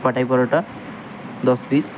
পাটাই পরোটা দশ পিস